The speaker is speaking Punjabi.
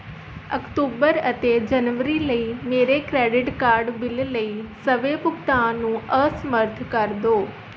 ਅਕਤੂਬਰ ਅਤੇ ਜਨਵਰੀ ਲਈ ਮੇੇਰੇ ਕ੍ਰੈਡਿਟ ਕਾਰਡ ਬਿੱਲ ਲਈ ਸਵੈ ਭੁਗਤਾਨ ਨੂੰ ਅਸਮਰੱਥ ਕਰ ਦਿਉ